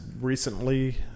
recently